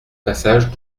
passage